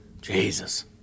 Jesus